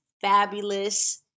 fabulous